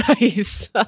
nice